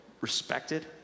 respected